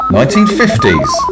1950s